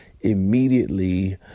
immediately